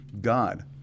God